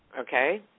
okay